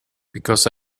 because